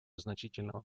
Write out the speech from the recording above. значительного